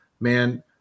man